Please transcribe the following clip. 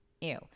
Ew